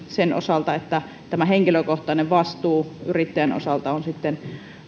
siltä osalta että henkilökohtainen vastuu yrittäjän osalta on sitten